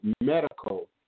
medical